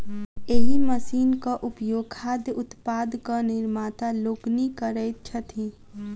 एहि मशीनक उपयोग खाद्य उत्पादक निर्माता लोकनि करैत छथि